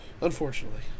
unfortunately